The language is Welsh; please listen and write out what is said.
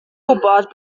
gwybod